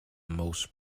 most